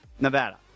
Nevada